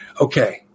Okay